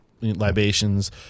libations